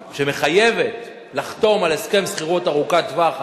שמחייבת לחתום על הסכם שכירות ארוכת-טווח.